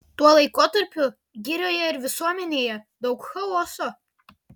tuo laikotarpiu girioje ir visuomenėje daug chaoso